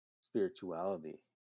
spirituality